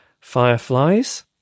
Fireflies